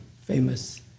famous